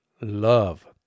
love